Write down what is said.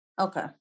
Okay